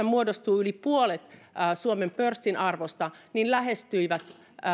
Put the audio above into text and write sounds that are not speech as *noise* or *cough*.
*unintelligible* muodostuu yli puolet suomen pörssin arvosta lähestyivät